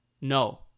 no